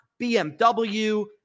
BMW